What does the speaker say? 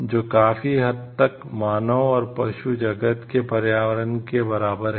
जो काफी हद तक मानव और पशु जगत के पर्यावरण के बराबर है